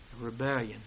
Rebellion